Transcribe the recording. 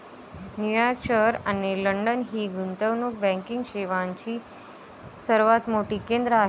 New York शहर आणि London ही गुंतवणूक बँकिंग सेवांची सर्वात मोठी केंद्रे आहेत